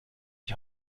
die